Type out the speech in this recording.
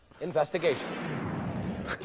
investigation